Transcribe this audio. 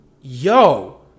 yo